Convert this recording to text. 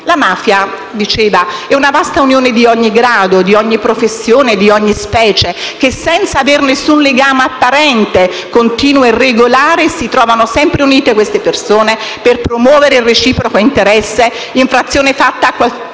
«La mafia è una vasta unione di persone di ogni grado, di ogni professione, d'ogni specie, che senza aver nessun legame apparente, continuo e regolare, si trovano sempre unite per promuovere il reciproco interesse, astrazione fatta da qualunque